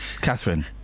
catherine